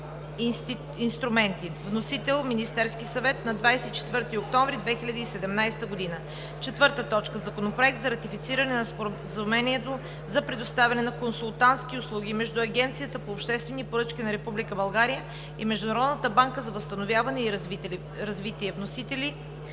Вносител е Министерският съвет на 24 октомври 2017 г. 4. Законопроект за ратифициране на Споразумението за предоставяне на консултантски услуги между Агенцията по обществени поръчки на Република България и Международната банка за възстановяване и развитие. Вносител